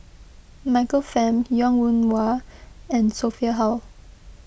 Michael Fam Wong Yoon Wah and Sophia Hull